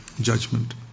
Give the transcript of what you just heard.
judgment